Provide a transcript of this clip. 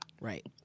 Right